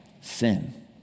Sin